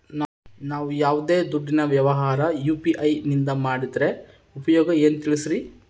ನಾವು ಯಾವ್ದೇ ದುಡ್ಡಿನ ವ್ಯವಹಾರ ಯು.ಪಿ.ಐ ನಿಂದ ಮಾಡಿದ್ರೆ ಉಪಯೋಗ ಏನು ತಿಳಿಸ್ರಿ?